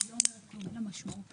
וגם אתה כבוד היושב-ראש,